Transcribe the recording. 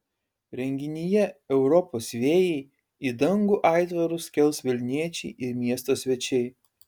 renginyje europos vėjai į dangų aitvarus kels vilniečiai ir miesto svečiai